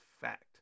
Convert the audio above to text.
fact